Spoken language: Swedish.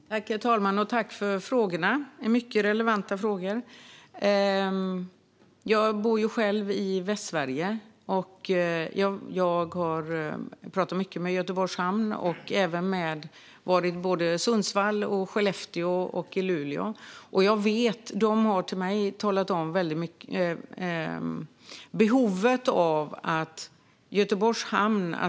Herr talman! Jag tackar för mycket relevanta frågor. Jag bor i Västsverige och pratar mycket med Göteborgs hamn, och jag har även varit i Sundsvall, Skellefteå och Luleå och talat om deras behov.